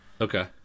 Okay